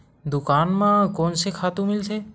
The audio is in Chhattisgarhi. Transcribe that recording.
दुकान म कोन से खातु मिलथे?